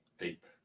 deep